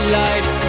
life